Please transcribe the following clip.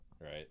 right